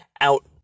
out